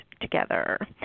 together